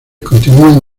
continúan